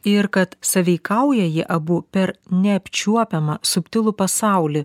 ir kad sąveikauja jie abu per neapčiuopiamą subtilų pasaulį